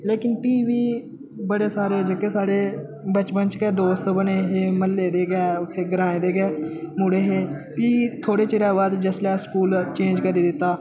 लेकिन फ्ही बी बड़े सारे जेह्के साढ़े बचपन च गै दोस्त बने हे म्हल्ले दे गै उत्थें ग्राएं दे गै मुड़े हे फ्ही थोह्ड़े चिरा बाद जिसलै स्कूल चेंज करी दित्ता